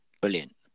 brilliant